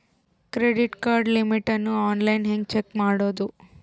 Credit card limit ಅನ್ನು online ಹೆಂಗ್ check ಮಾಡೋದು?